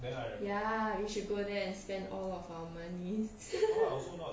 ya we should go there and spend all of our money